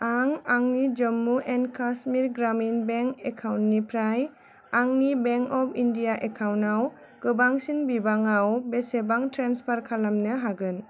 आं आंनि Jammu and Kashmir Grameen bank एकाउन्टनिफ्राय आंनि बेंक अफ इन्डिया एकाउन्टआव गोबांसिन बिबाङाव बेसेबां ट्रेन्सफार खालामनो हागोन